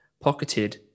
pocketed